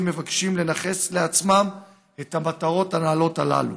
מבקשים לנכס לעצמם את המטרות הנעלות הללו.